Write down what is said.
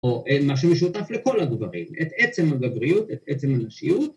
‫או מה שמשותף לכל הגברים, ‫את עצם הגבריות, את עצם הנשיות.